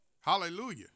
Hallelujah